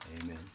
Amen